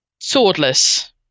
Swordless